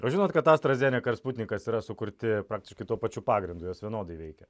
o žinot kad astra zeneka ir sputnikas yra sukurti praktiškai tuo pačiu pagrindu jos vienodai veikia